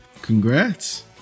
Congrats